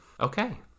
okay